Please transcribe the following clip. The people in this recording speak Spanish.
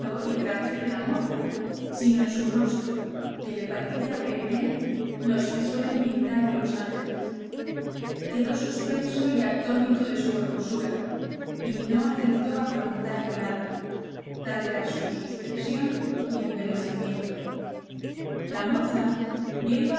y traje de la moza sino en su rostro que le parecía ver en él los que suelen pintar de los ángeles quedó suspenso y atónito de su hermosura y no acertó a preguntarle nada tal era su suspensión y embelesamiento la moza viendo